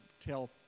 tell